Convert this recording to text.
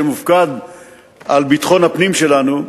שמופקד על ביטחון הפנים שלנו,